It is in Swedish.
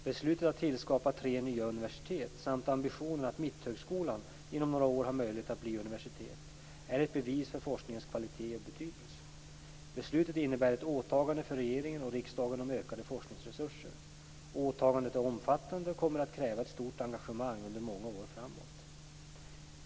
Beslutet att tillskapa tre nya universitet samt ambitionen att Mitthögskolan inom några år har möjlighet att bli universitet är ett bevis för forskningens kvalitet och betydelse. Beslutet innebär ett åtagande för regeringen och riksdagen om ökade forskningsresurser. Åtagandet är omfattande och kommer att kräva ett stort engagemang under många år framåt.